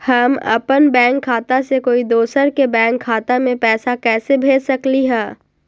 हम अपन बैंक खाता से कोई दोसर के बैंक खाता में पैसा कैसे भेज सकली ह?